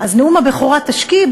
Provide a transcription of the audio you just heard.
אז בנאום הבכורה תשקיעי,